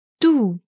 Du